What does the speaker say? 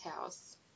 house